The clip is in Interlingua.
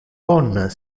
bon